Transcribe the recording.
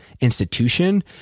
institution